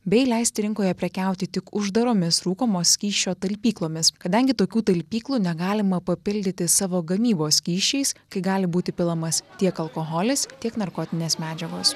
bei leisti rinkoje prekiauti tik uždaromis rūkomo skysčio talpyklomis kadangi tokių talpyklų negalima papildyti savo gamybos skysčiais kai gali būti pilamas tiek alkoholis tiek narkotinės medžiagos